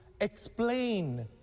explain